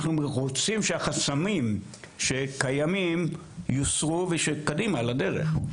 אנחנו רוצים שהחסמים שקיימים יוסרו וקדימה לדרך.